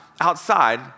outside